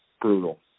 brutal